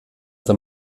der